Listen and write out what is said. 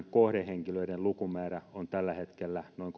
kohdehenkilöiden lukumäärä on tällä hetkellä noin